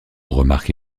remarque